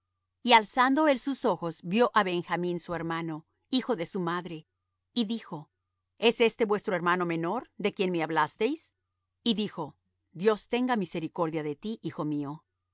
y alzando él sus ojos vió á benjamín su hermano hijo de su madre y dijo es éste vuestro hermano menor de quien me hablasteis y dijo dios tenga misericordia de ti hijo mío